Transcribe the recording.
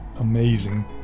amazing